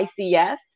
ICS